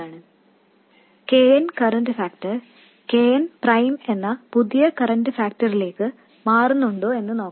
K n current factor K n prime എന്ന പുതിയ current ഫാക്ടറിലേക്ക് മാറുന്നുണ്ടോ എന്ന് നോക്കാം